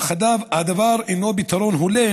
אך הדבר אינו פתרון הולם,